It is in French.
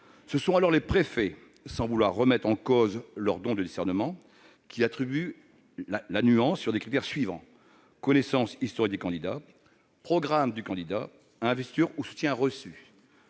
Ce sont alors les préfets- loin de moi l'idée de remettre en cause leur don de discernement -qui attribuent la nuance sur les critères suivants : connaissance historique des candidats ; programme du candidat ; investiture ou soutien reçu.